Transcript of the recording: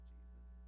Jesus